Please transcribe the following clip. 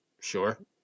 Sure